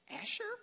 Asher